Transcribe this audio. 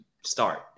start